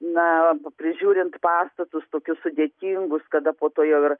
na prižiūrint pastatus tokius sudėtingus kada po to jau ir